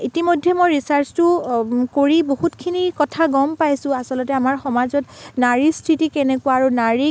ইতিমধ্যে মই ৰিচাৰ্ছটো কৰি বহুতখিনি কথা গম পাইছোঁ আচলতে আমাৰ সমাজত নাৰীৰ স্থিতি কেনেকুৱা আৰু নাৰীক